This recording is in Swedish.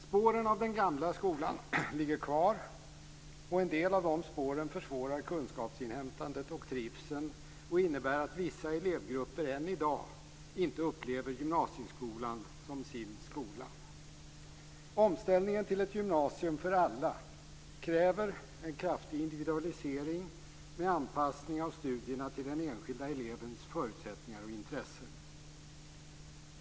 Spåren av den gamla skolan ligger kvar, och en del av de spåren försvårar kunskapsinhämtandet och trivseln och innebär att vissa elevgrupper än i dag inte upplever gymnasieskolan som sin skola. Omställningen till ett gymnasium för alla kräver en kraftig individualisering med anpassning av studierna till den enskilda elevens förutsättningar och intressen.